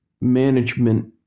management